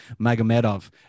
Magomedov